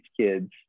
kids